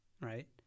right